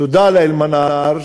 תודה ל"אלמנארה"